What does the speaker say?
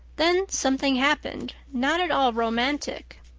then something happened not at all romantic.